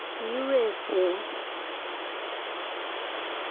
U S A